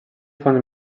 fonts